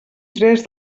tres